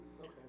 Okay